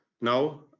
now